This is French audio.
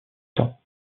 temps